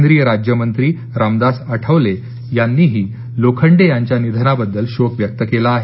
केंद्रिय राज्यमंत्री रामदास आठवले यांनीही डॉ भाऊ लोखंडे यांच्या निधना बद्दल शोक व्यक्त केला आहे